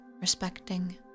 respecting